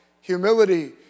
Humility